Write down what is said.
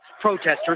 protesters